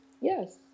yes